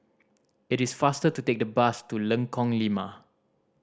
it is faster to take the bus to Lengkong Lima